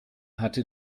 hatte